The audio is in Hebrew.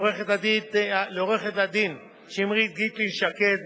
לעורכת-הדין שמרית גיטלין-שקד,